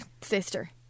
sister